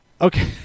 okay